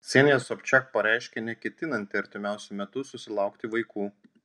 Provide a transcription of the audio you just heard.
ksenija sobčiak pareiškė neketinanti artimiausiu metu susilaukti vaikų